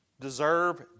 deserve